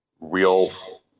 real